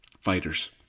fighters